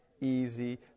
easy